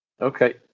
Okay